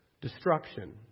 destruction